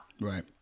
Right